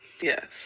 Yes